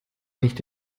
nicht